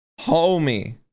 homie